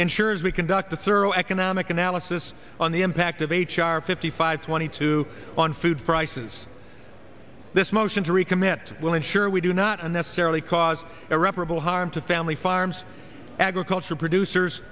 ensures we conduct a thorough economic analysis on the impact of h r fifty five twenty two on food prices this motion to recommit will ensure we do not unnecessarily cause irreparable harm to family farms agriculture producers